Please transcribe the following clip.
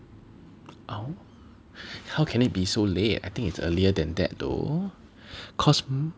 oh how can it be so late I think it's earlier than that though